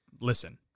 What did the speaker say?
listen